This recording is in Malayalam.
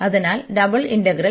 അതിനാൽ ഡബിൾ ഇന്റഗ്രൽ D